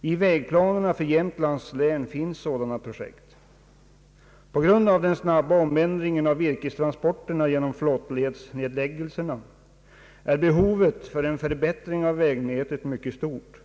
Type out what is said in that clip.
I vägplanerna för Jämtlands län finns sådana projekt. På grund av den snabba omändringen av virkestransporterna genom flottledsnedläggelserna är behovet för en förbättring av vägnätet mycket stort,